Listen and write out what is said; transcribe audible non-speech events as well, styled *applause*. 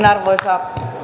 *unintelligible* arvoisa